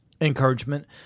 encouragement